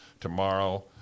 tomorrow